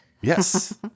Yes